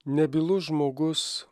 nebylus žmogus